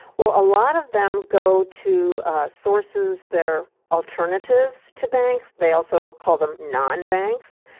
well, a lot of them go to sources that are alternatives to banks. they also call them non-banks.